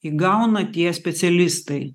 įgauna tie specialistai